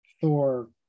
Thor